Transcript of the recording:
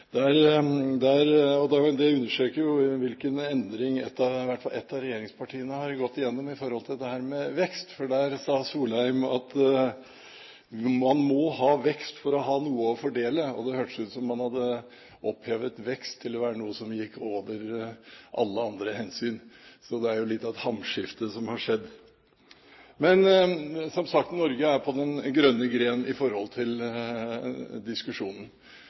og andre problemstillinger. Det understreker hvilken endring i hvert fall ett av regjeringspartiene har gått igjennom med tanke på dette med vekst, for i den interpellasjonen sa Solheim at man må «ha vekst for å ha noe å fordele», og det hørtes ut som om han hadde opphevet vekst til å være noe som gikk over alle andre hensyn. Så det er litt av et hamskifte som har skjedd. Som sagt: Norge er på den grønne gren